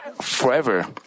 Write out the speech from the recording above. forever